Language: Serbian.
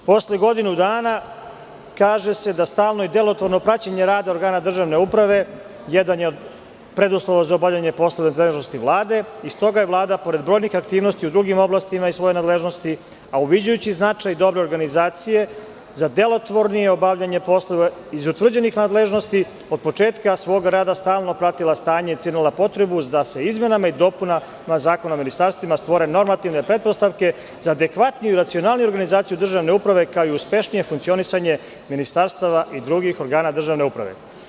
Posle godinu dana kaže se da stalno i delotvorno praćenje rada organa državne uprave jedan je od preduslova za obavljanje poslova iz nadležnosti Vlade i stoga je Vlada, pored brojnih aktivnosti u drugim oblastima iz svoje nadležnosti, a uviđajući značaj dobre organizacije za delotvornije obavljanje poslova iz utvrđenih nadležnosti od početka svog rada stalno pratila stanje i cenila potrebu da se izmenama i dopunama zakona o ministarstvima stvore normativne pretpostavke za adekvatniju i racionalniju organizaciju državne uprave, kao i uspešnije funkcionisanje ministarstava i drugih organa državne uprave.